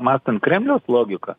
mąstant kremliaus logika